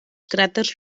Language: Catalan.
cràters